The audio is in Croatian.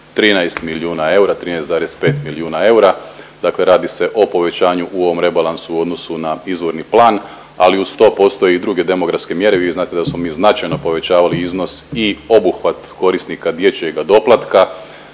13 milijuna eura, 13,5 milijuna eura, dakle radi se o povećanju u ovom rebalansu u odnosu na izvorni plan, ali uz to postoje i druge demografske mjere. Vi znate da smo mi značajno povećavali iznos i obuhvat korisnika dječjega doplatka